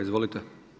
Izvolite.